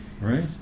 right